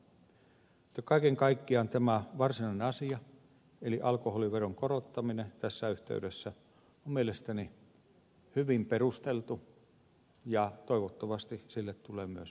mutta kaiken kaikkiaan tämä varsinainen asia eli alkoholiveron korottaminen tässä yhteydessä on mielestäni hyvin perusteltu ja toivottavasti sille tulee myös vielä jatkoa